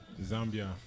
Zambia